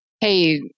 Hey